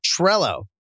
Trello